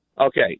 Okay